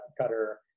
cutter